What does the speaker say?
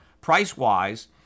price-wise